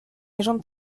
légende